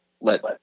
let